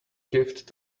gift